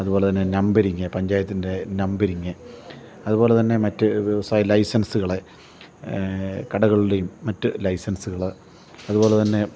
അതുപോലെത്തന്നെ നമ്പരിങ് പഞ്ചായത്തിൻ്റെ നമ്പരിങ് അതുപോലെത്തന്നെ മറ്റ് വ്യവസായ ലൈസെൻസ്കൾ കടകളുടെയും മറ്റ് ലൈസെൻസ്കൾ അത്പോലെ അതുപോലെത്തന്നെ